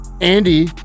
Andy